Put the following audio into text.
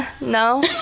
No